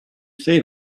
say